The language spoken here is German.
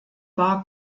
war